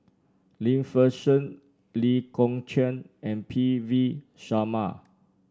Lim Fei Shen Lee Kong Chian and P V Sharma